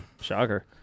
Shocker